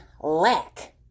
lack